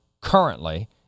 currently